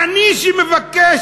עני שמבקש,